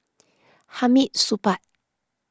Hamid Supaat